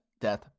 death